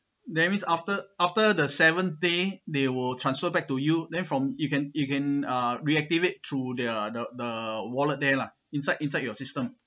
that means after after the seven day they will transfer back to you then from you can you can uh reactivate through their lah the the wallet there lah inside inside your system